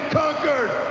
conquered